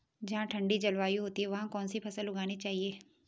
जहाँ ठंडी जलवायु होती है वहाँ कौन सी फसल उगानी चाहिये?